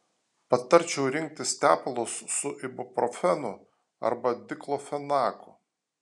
patarčiau rinktis tepalus su ibuprofenu arba diklofenaku